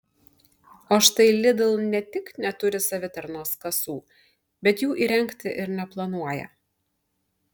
o štai lidl ne tik neturi savitarnos kasų bet jų įrengti ir neplanuoja